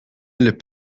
les